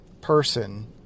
person